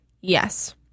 yes